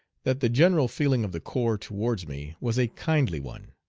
that the general feeling of the corps towards me was a kindly one.